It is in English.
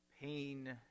pain